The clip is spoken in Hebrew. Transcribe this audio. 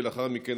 ולאחר מכן,